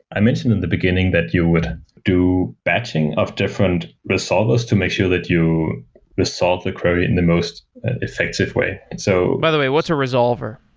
i mentioned in the beginning that you would do batching of different resolvers to make sure that you resolve the query in the most effective way. and so by the way, what's a resolver?